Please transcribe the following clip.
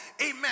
amen